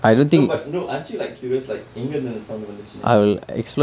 no but no aren't you எங்க இருந்து அந்த:enka irunthu antha sound வந்ததுன்னு:vanthathunnu